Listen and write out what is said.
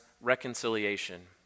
reconciliation